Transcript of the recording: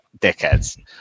dickheads